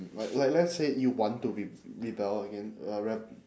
like like let's say you want to re~ rebel again uh reb~